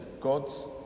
God's